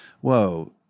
Whoa